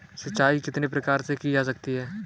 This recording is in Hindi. सिंचाई कितने प्रकार से की जा सकती है?